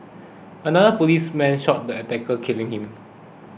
another policeman shot the attacker killing him